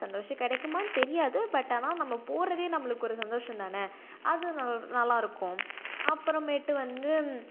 சந்தோஷம் கிடைக்குமான்னு தெரியாது பட் ஆனால் நம்ம போகிறதே நம்மளுக்கு ஒரு சந்தோஷம் தான் அது நல் நல்லாயிருக்கும் அப்புறமேட்டு வந்து